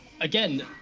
again